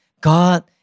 God